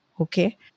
okay